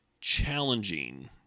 challenging